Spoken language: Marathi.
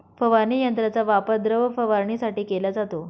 फवारणी यंत्राचा वापर द्रव फवारणीसाठी केला जातो